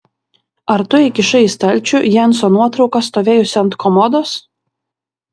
ar tu įkišai į stalčių jenso nuotrauką stovėjusią ant komodos